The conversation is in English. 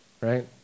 Right